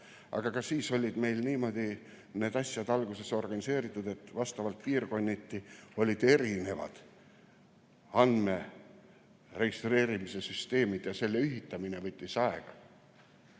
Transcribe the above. Aga ka siis olid meil niimoodi need asjad alguses organiseeritud, et piirkonniti olid erinevad andmete registreerimise süsteemid ja ühitamine võttis